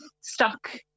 stuck